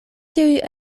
tiuj